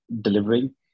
delivering